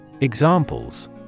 Examples